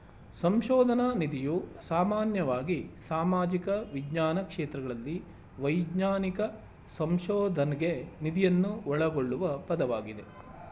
ಸಂಶೋಧನ ನಿಧಿಯು ಸಾಮಾನ್ಯವಾಗಿ ಸಾಮಾಜಿಕ ವಿಜ್ಞಾನ ಕ್ಷೇತ್ರಗಳಲ್ಲಿ ವೈಜ್ಞಾನಿಕ ಸಂಶೋಧನ್ಗೆ ನಿಧಿಯನ್ನ ಒಳಗೊಳ್ಳುವ ಪದವಾಗಿದೆ